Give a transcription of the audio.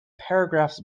paragraphs